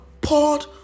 poured